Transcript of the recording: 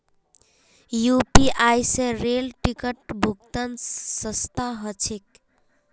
UPI स rail ticket भुक्तान सस्ता ह छेक